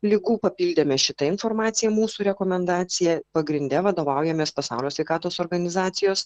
ligų papildėme šita informacija mūsų rekomendaciją pagrinde vadovaujamės pasaulio sveikatos organizacijos